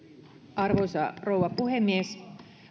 arvoisa rouva puhemies